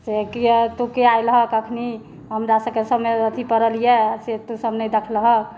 से किया तू किया यलहक अखनी हमरा सब कऽ समय अथी पड़ल यऽ से तू सब नहि देखलहक